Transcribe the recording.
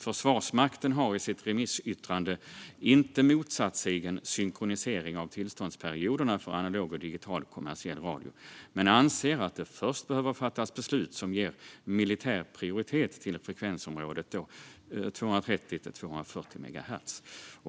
Försvarsmakten har i sitt remissyttrande inte motsatt sig en synkronisering av tillståndsperioderna för analog och digital kommersiell radio men anser att det först behöver fattas beslut som ger militär prioritet till frekvensområdet 230-240 megahertz.